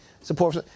support